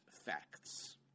facts